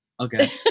Okay